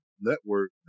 network